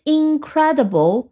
incredible